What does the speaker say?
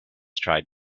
tried